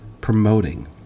promoting